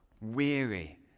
weary